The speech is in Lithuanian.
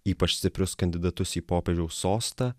ypač stiprius kandidatus į popiežiaus sostą